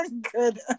good